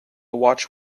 watch